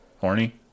Horny